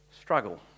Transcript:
struggle